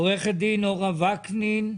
עו"ד אורה וקנין.